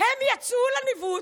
הם יצאו לניווט,